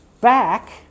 back